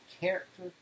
character